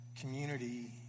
community